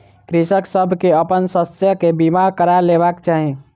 कृषक सभ के अपन शस्य के बीमा करा लेबाक चाही